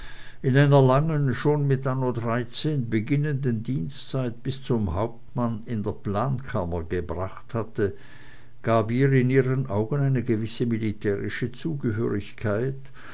in einer langen schon mit anno dreizehn beginnenden dienstzeit bis zum hauptmann in der plankammer gebracht hatte gab ihr in ihren augen eine gewisse militärische zugehörigkeit